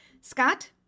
Scott